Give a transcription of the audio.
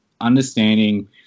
understanding